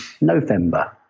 November